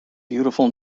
beautiful